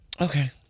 Okay